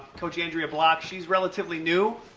coach andrea block, she's relatively new,